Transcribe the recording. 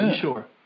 sure